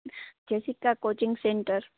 Jessica coaching centre